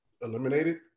eliminated